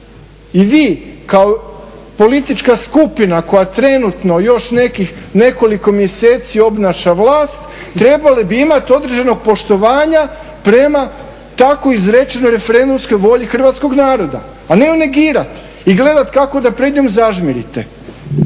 I vi kao politička skupina koja trenutno još nekoliko mjeseci obnaša vlast trebali bi imati određenog poštovanja prema tako izrečenoj referendumskoj volji hrvatskog naroda, a ne ju negirati i gledat kako da pred njom zažmirite.